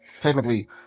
technically